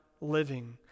living